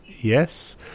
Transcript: yes